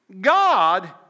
God